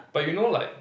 but you know like